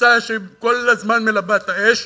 קבוצה שכל הזמן מלבה את האש,